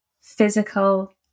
physical